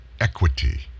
equity